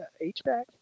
H-back